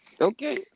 Okay